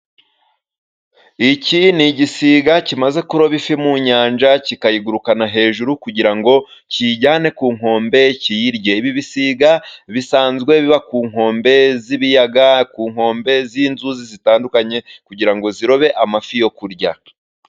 Iki ni igisiga kimaze kuroba ifi mu nyanja kikayigurukana hejuru kugira ngo kiyijyane ku nkombe kiyirye, ibi bisiga bisanzwe biba ku nkombe z'ibiyaga, ku nkombe z'inzuzi zitandukanye, kugira ngo zirobe amafi yo kurya.